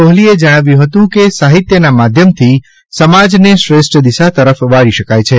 કોહલીએ જણાવ્યું હતું કે સાહિત્યના માધ્યમથી સમાજને શ્રેષ્ઠ દિશા તરફ વાળી શકાય છે